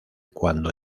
cuanto